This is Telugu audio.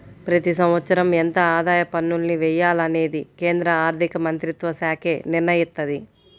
ప్రతి సంవత్సరం ఎంత ఆదాయ పన్నుల్ని వెయ్యాలనేది కేంద్ర ఆర్ధికమంత్రిత్వశాఖే నిర్ణయిత్తది